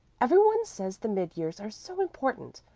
every one says the mid-years are so important.